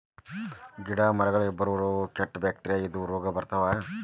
ಗಿಡಾ ಮರಗಳಿಗೆ ಬರು ರೋಗಗಳು, ಕೇಟಾ ಬ್ಯಾಕ್ಟೇರಿಯಾ ಇಂದ ರೋಗಾ ಬರ್ತಾವ